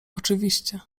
oczywiście